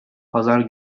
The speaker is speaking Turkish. pazar